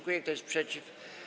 Kto jest przeciw?